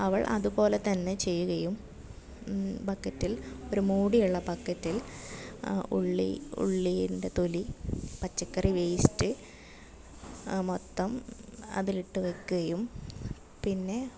അവൾ അതുപോലെതന്നെ ചെയ്യുകയും ബക്കറ്റിൽ ഒരു മൂടിയുള്ള ബക്കറ്റിൽ ഉള്ളി ഉള്ളീൻ്റെ തൊലി പച്ചക്കറി വെയ്സ്റ്റ് മൊത്തം അതിലിട്ട് വയ്ക്കുകയും പിന്നെ